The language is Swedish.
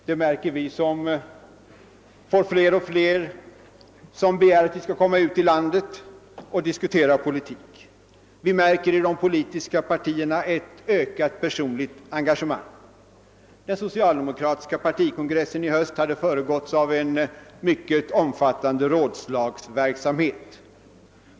Det märker vi på att fler och fler begär att vi skall komma ut i landet och diskutera politik. Vi finner i de politiska partierna ett ökat personligt engagemang. Den socialdemokratiska partikongressen i höst hade föregåtts av en mycket betydande rådslagsverksamhet.